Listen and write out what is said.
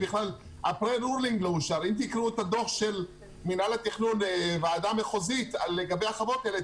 אם תקראו את הדוח של מנהל התכנון ועדה מחוזית לגבי החוות האלה,